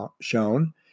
shown